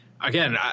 again